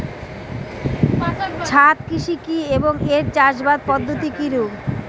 ছাদ কৃষি কী এবং এর চাষাবাদ পদ্ধতি কিরূপ?